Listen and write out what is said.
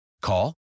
Call